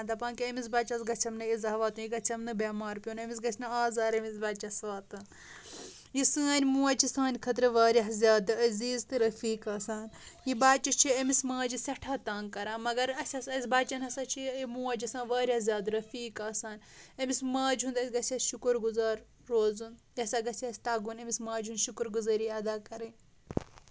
دَپان کہِ أمِس بَچس گژھٮ۪م نہٕ اِزاہ واتُن یہِ گژھٮ۪م نہٕ بیمار پیوٚن أمِس گژھِ نہٕ آزار أمِس بَچس واتُن یہِ سٲنۍ موج چھٕ سانہِ خٲطرٕ واریاہ زیادٕ عزیٖز تہٕ رٔفیٖق آسان یہِ بَچہٕ چھ أمِس ماجہِ سٮ۪ٹھاہ تَنٛگ کران مَگر اسہِ ہسا اسہِ بَچن ہسا چھٕ یہِ موج آسان واریاہ زیادٕ رٔفیٖق آسان أمِس ماجہِ ہُنٛد گژھِ اَسہِ شُکُر گُزار روزُن یہِ ہسا گژھِ اَسہِ تگُن أمِس ماجہِ ہُنٛد شُکُر گُزٲری اَدا کَرٕنۍ